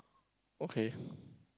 okay